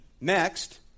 Next